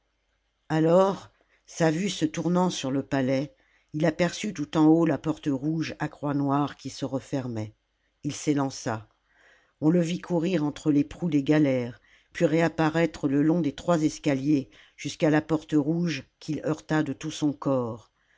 alors sa vue se tournant vers le palais il aperçut tout en haut la porte rouge à croix noire qui se refermait il s'élança on le vit courir entre les proues des galères puis réapparaître le long des trois escaliers jusqu'à la porte rouge qu'il heurta de tout son corps